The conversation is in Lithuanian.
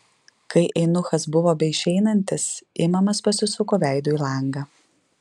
kai eunuchas buvo beišeinantis imamas pasisuko veidu į langą